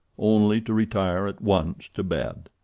only to retire at once to bed.